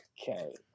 Okay